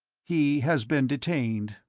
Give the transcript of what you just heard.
he has been detained.